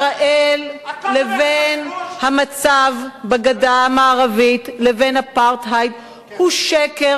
ישראל לבין המצב בגדה המערבית לבין אפרטהייד הוא שקר,